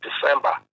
December